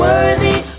Worthy